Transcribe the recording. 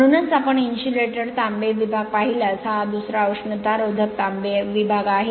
म्हणूनच आपण इन्सुलेटेड तांबे विभाग पाहिल्यास हा दुसरा उष्णतारोधक तांबे विभाग आहे